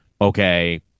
okay